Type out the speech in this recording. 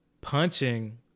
punching